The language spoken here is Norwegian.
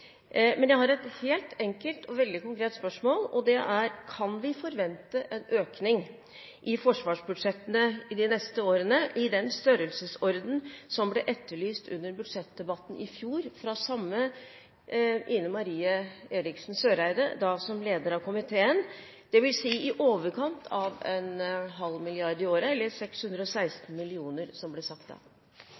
Men jeg har et helt enkelt og veldig konkret spørsmål, og det er: Kan vi forvente en økning i forsvarsbudsjettene i de neste årene i den størrelsesorden som ble etterlyst under budsjettdebatten i fjor fra samme Ine Marie Eriksen Søreide, da som leder av komiteen, det vil si i overkant av 0,5 mrd. kr i året eller 616 mill. kr som det ble sagt da.